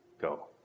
go